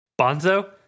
Bonzo